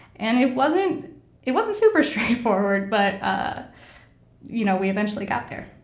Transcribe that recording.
and it wasn't it wasn't super straightforward. but, ah you know, we eventually got there